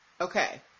okay